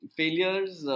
failures